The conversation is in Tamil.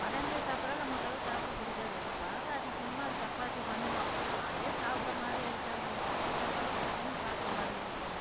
வட இந்திய சாப்பாடெல்லாம் நம்மளுக்கெல்லாம் சாப்பிட பிடிக்காது எப்பாவாது அதிசயமா சப்பாத்தி பண்ணுவோம் அதே சாப்பிட்ட மாதிரி இருக்காது நம்மளுக்கு அரிசி சாப்பாடு சாப்பிட்டா தானே சாப்பிட்ட மாதிரி இருக்கும்